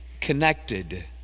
connected